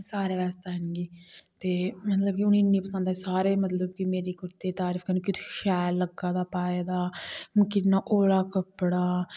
सारें आस्तै आह्नगी ते मतलब कि उनेंगी इन्नी पसंद आई सारे मतलब कि मेरी कुर्ते दी तारीफ करनी कि तुगी शैल लग्गा दा पाए दा किन्ना हौला कपड़ा